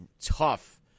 tough